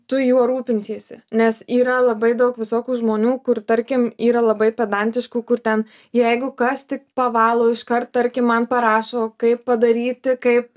tu juo rūpinsiesi nes yra labai daug visokių žmonių kur tarkim yra labai pedantiškų kur ten jeigu kas tik pavalo iškart tarkim man parašo kaip padaryti kaip